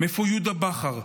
יהודה בכר,